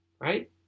right